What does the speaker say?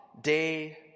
day